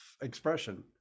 expression